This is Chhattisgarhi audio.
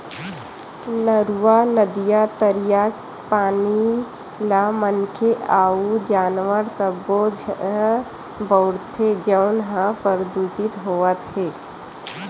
नरूवा, नदिया, तरिया के पानी ल मनखे अउ जानवर सब्बो ह बउरथे जउन ह परदूसित होवत हे